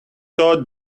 thought